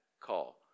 call